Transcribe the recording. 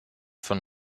von